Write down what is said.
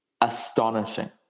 astonishing